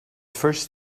first